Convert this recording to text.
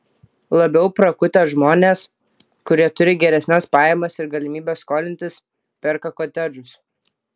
labiau prakutę žmonės kurie turi geresnes pajamas ir galimybes skolintis perka kotedžus